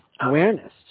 awareness